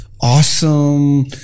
awesome